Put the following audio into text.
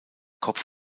kopf